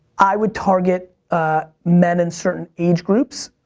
i would target men in certain age groups.